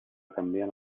canviant